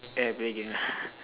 then I play game